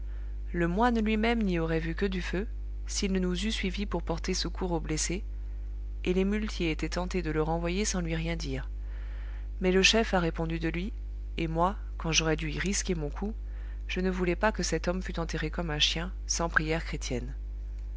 le moine lui-même n'y aurait vu que du feu s'il ne nous eût suivis pour porter secours aux blessés et les muletiers étaient tentés de le renvoyer sans lui rien dire mais le chef a répondu de lui et moi quand j'aurais dû y risquer mon cou je ne voulais pas que cet homme fût enterré comme un chien sans prières chrétiennes